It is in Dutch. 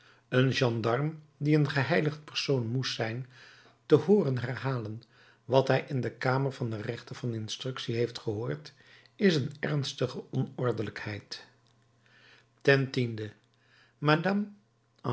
een gendarm die een geheiligd persoon moest zijn te hooren herhalen wat hij in de kamer van den rechter van instructie heeft gehoord is een ernstige onordelijkheid ten tiende